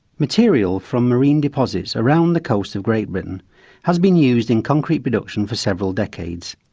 material from marine deposits around the coast of great britain has been used in concrete production for several decades,